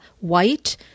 white